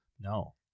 No